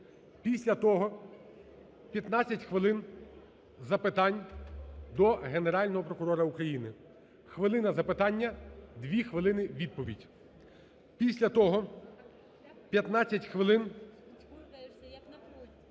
Після того 15 хвилин запитань до Генерального прокурора України. Хвилина – запитання, дві хвилини – відповідь. Після того 15 хвилин